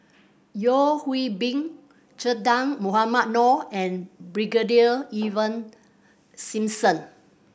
Yeo Hwee Bin Che Dah Mohamed Noor and Brigadier Ivan Simson